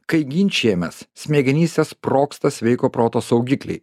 kai ginčijamės smegenyse sprogsta sveiko proto saugikliai